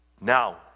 Now